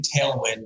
tailwind